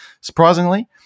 surprisingly